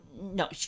no